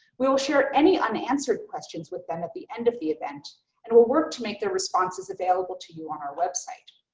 we will share any unanswered questions with them at the end of the event and will work to make their responses available to you on our website.